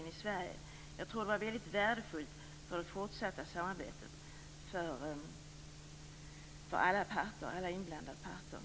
Jag tror att en sådan vore väldigt värdefull för det fortsatta samarbetet för alla inblandade parter.